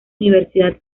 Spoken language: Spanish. universidad